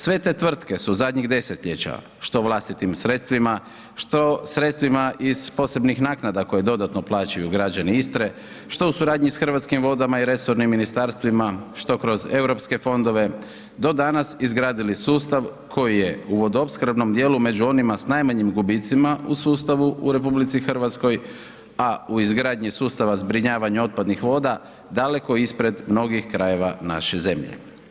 Sve te tvrtke su zadnjih desetljeća što vlastitim sredstvima što sredstvima iz posebnih naknada koje dodatno plaćaju građani Istre, što u suradnji sa Hrvatskim vodama i resornim ministarstvima, što kroz europske fondove do danas izgradili sustav koji je u vodoopskrbnom dijelu među onima s najmanjim gubicima u sustavu u RH a u izgradnji sustava zbrinjavanja otpadnih voda daleko ispred mnogih krajeva naše zemlje.